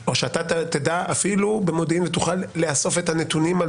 לך - או שאתה תדע אפילו במודיעין ותוכל לאסוף את הנתונים על